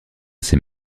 ces